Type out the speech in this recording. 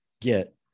get